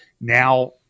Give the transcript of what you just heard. Now